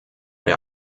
der